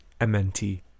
MNT